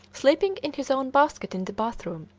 sleeping in his own basket in the bathroom,